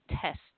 test